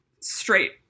straight